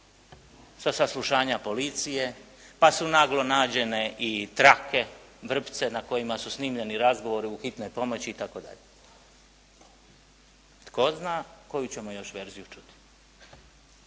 sa saslušanja policije pa su naglo nađene i trake, vrpce na kojima su snimljeni razgovori u Hitnoj pomoći i tako dalje. Tko zna koju ćemo još verziju čuti.